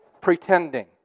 pretending